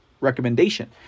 recommendation